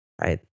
right